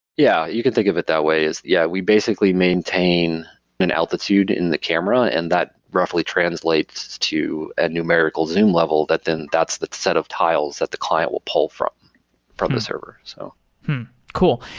yeah, you could think of it that way. yeah, we basically maintain an altitude in the camera and that roughly translates to a numerical zoom level, that then that's the set of tiles that the client will pull from from the server so cool.